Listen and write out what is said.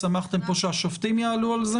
סמכתם פה שהשופטים יעלו על זה?